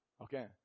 Okay